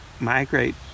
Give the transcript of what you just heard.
migrate